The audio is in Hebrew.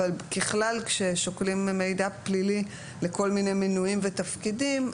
אבל ככלל כששוקלים מידע פלילי לכל מיני מינויים ותפקידים,